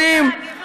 אגב, בתל אביב.